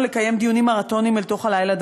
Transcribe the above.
לקיים דיונים מרתוניים אל תוך הלילה,